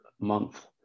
month